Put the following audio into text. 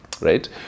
right